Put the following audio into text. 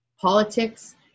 politics